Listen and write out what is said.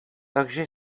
takže